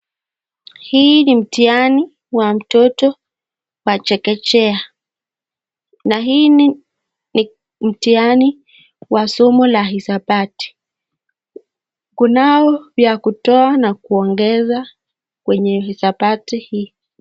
Hii ni mtihani ya mtoto wa chekechea na hii ni mtihani wa somo la hisabati kunao ya kutoa na kuongeza kwenye hisabati hii.